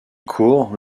court